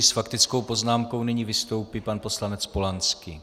S faktickou poznámkou nyní vystoupí pan poslanec Polanský.